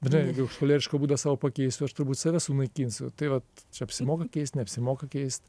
žinai jeigu aš cholerišką būdą savo pakeisiu aš turbūt save sunaikinsiu tai vat čia apsimoka neapsimoka keist